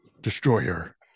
Destroyer